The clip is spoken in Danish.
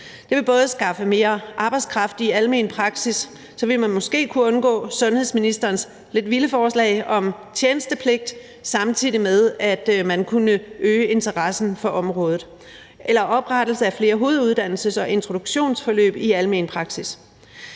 det vil skaffe mere arbejdskraft i almen praksis, så man måske vil kunne undgå sundhedsministerens lidt vilde forslag om tjenestepligt, samtidig med at man kunne øge interessen for området – eller oprettelse af flere hoveduddannelses- og introduktionsforløb i almen praksis.